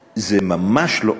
זה ממש לא אומר